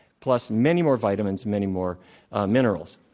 plus many more vitamins, many more minerals.